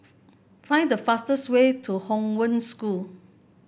find the fastest way to Hong Wen School